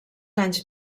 anys